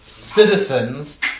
citizens